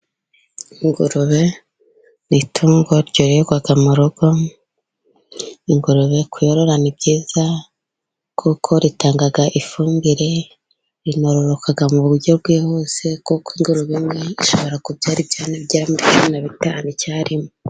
Ingurube ni itungo ryororerwa mu rugo, ingurube kuyorora ni byiza, kuko ritanga ifumbire, rinororoka mu buryo bwihuse, kuko ingurube imwe ishobora kubyara ibyana bigera muri cumi na bitanu icyarimwe.